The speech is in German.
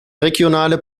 regionale